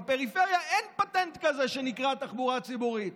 בפריפריה אין פטנט כזה שנקרא תחבורה ציבורית.